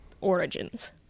origins